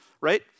right